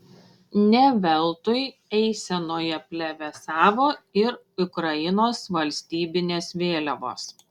ne veltui eisenoje plevėsavo ir ukrainos valstybinės vėliavos